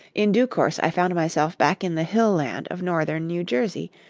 in due course i found myself back in the hill land of northern new jersey,